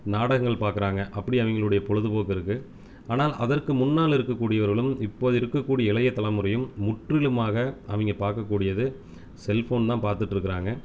நாடகங்கள் பார்க்குறாங்க அப்படி அவிங்களோடைய பொழுதுபோக்கு இருக்குது ஆனால் அதற்கு முன்னால் இருக்கக்கூடியவர்களும் இப்போது இருக்கக்கூடிய இளைய தலைமுறையும் முற்றிலுமாக அவிங்க பார்க்கக்கூடியது செல்ஃபோன் தான் பார்த்துட்டு இருக்கிறாங்க